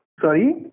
Sorry